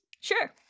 Sure